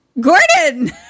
Gordon